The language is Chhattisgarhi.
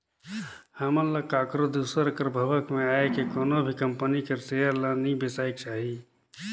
हमन ल काकरो दूसर कर भभक में आए के कोनो भी कंपनी कर सेयर ल नी बेसाएक चाही